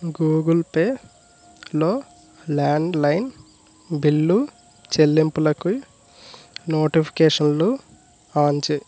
గూగుల్పేలో landline bill చెల్లింపులకి నోటిఫికేషన్లు on చెయ్యి